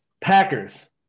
Packers